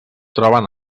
troben